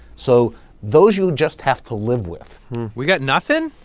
so those you just have to live with we've got nothing?